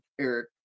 Eric